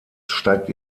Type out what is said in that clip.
steigt